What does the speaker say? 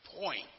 point